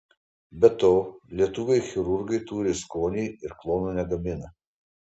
be to lietuviai chirurgai turi skonį ir klonų negamina